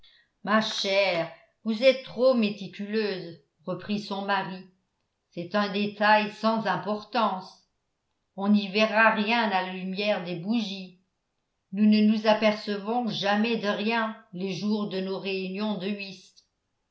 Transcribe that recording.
ma chère vous êtes trop méticuleuse reprit son mari c'est un détail sans importance on n'y verra rien à la lumière des bougies nous ne nous apercevons jamais de rien les jours de nos réunions de whist